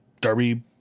Darby